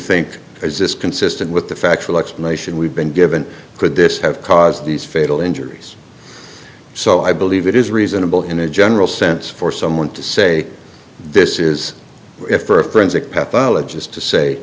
think is this consistent with the factual explanation we've been given could this have caused these fatal injuries so i believe it is reasonable in a general sense for someone to say this is for a friend sick pathologist to say